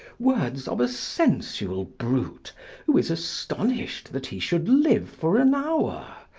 words of a sensual brute who is astonished that he should live for an hour,